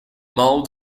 mal